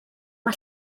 mae